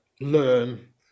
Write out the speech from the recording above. learn